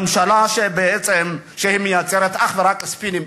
ממשלה שבעצם מייצרת אך ורק ספינים.